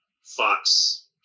Fox